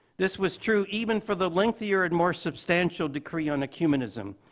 this was true even for the lengthier and more substantial decree on ecumenism,